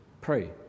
pray